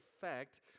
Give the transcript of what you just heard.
fact